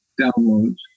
downloads